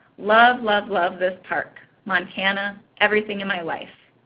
love, love, love this park, montana, everything in my life.